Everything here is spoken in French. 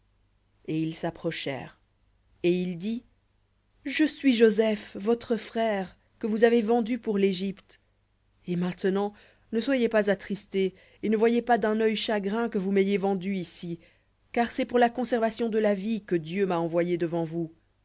et ils s'approchèrent et il dit je suis joseph votre frère que vous avez vendu pour légypte et maintenant ne soyez pas attristés et ne voyez pas d'un œil chagrin que vous m'ayez vendu ici car c'est pour la conservation de la vie que dieu m'a envoyé devant vous